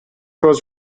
was